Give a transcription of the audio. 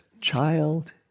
child